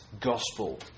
gospel